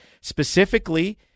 specifically